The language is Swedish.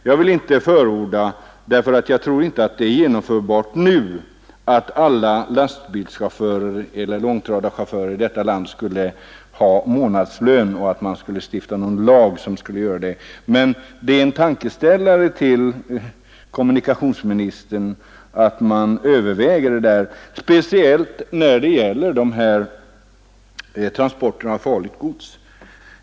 Jag vill inte förorda att alla lastbilsoch långtradarchaufförer här i landet skall få månadslön t.ex. lagstiftningsvägen — det tror jag inte är genomförbart nu — men jag tror att detta kan vara en tankeställare för kommunikationsministern, som borde överväga saken, speciellt när det gäller transporterna av farligt gods.